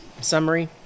summary